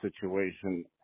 situation